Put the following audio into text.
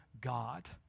God